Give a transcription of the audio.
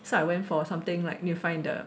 so I went for something like need to find the